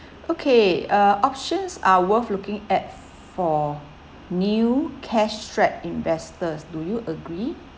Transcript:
okay uh options are worth looking at for new cash strapped investors do you agree